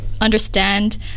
understand